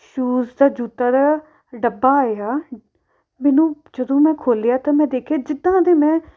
shoes ਦਾ ਜੁੱਤਾਂ ਦਾ ਡੱਬਾ ਆਇਆ ਮੈਨੂੰ ਜਦੋਂ ਮੈਂ ਖੋਲ੍ਹਿਆ ਤਾਂ ਮੈਂ ਦੇਖਿਆ ਜਿੱਦਾਂ ਦੇ ਮੈਂ